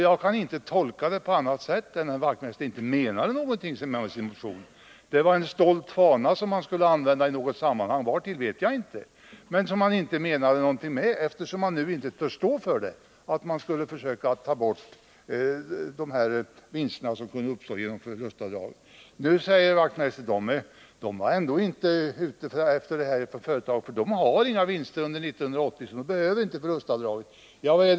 Jag kan inte tolka vad han sade på annat sätt än att han inte menade någonting med sin motion. Den var bara en stolt fana, som han skulle använda i något sammanhang -— vartill vet jag inte — men som han inte menade någonting med, eftersom han nu inte vill stå för att man skulle försöka ta bort de vinster som kunde uppstå genom förlustavdragen. Nu säger herr Wachtmeister att de ändå inte var ute efter att ta bort de vinsterna för företaget, eftersom företaget inte får några sådana under 1980 och följaktligen inte behöver göra några förlustavdrag.